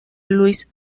luis